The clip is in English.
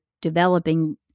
developing